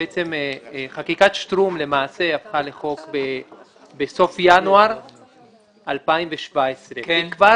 חקיקת שטרום למעשה הפכה לחוק בסוף ינואר 2017. כבר